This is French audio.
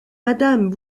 madame